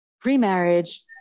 pre-marriage